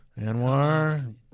Anwar